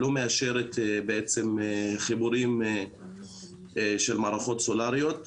לא מאשרת בעצם חיבורים של מערכות סולאריות.